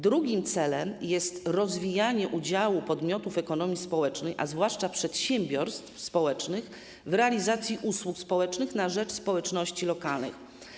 Drugim celem jest rozwijanie udziału podmiotów ekonomii społecznej, a zwłaszcza przedsiębiorstw społecznych, w realizacji usług społecznych na rzecz społeczności lokalnej.